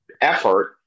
effort